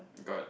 got